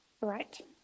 Right